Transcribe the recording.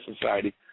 society